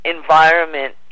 Environment